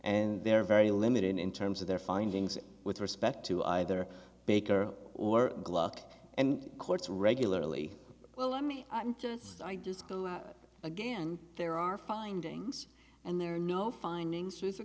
and they're very limited in terms of their findings with respect to either baker or glock and courts regularly well let me just i just again there are findings and there are no findings with